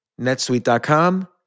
netsuite.com